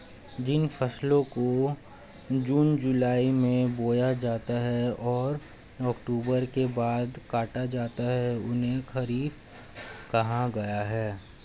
जिन फसलों को जून जुलाई में बोया जाता है और अक्टूबर के बाद काटा जाता है उन्हें खरीफ कहा गया है